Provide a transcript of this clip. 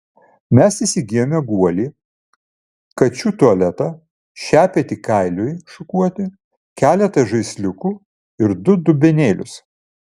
mes įsigijome guolį kačių tualetą šepetį kailiui šukuoti keletą žaisliukų ir du dubenėlius